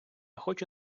хочу